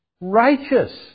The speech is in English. Righteous